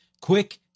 quick